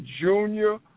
junior